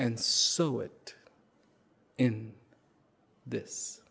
and so it in this